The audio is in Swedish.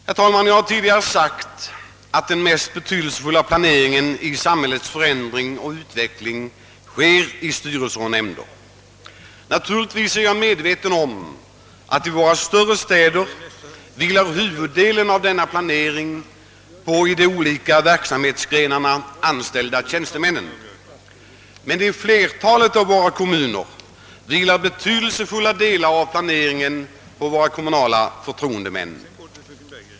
: Jag har tidigare sagt att jag anser, att den mest betydelsefulla planeringen när det gäller samhällets förändring och utveckling sker i styrelser och nämnder. Naturligtvis är jag medveten om att i våra större städer huvuddelen av denna planering vilar på de inom de olika verksamhetsgrenarna anställda tjänstemännen. Men i flertalet av våra kommuner vilar betydelsefulla delar av planeringsarbetet på våra kommunala förtroendemän.